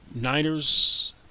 Niners